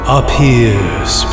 appears